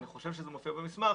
אני חושב שזה מופיע במסמך,